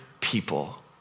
people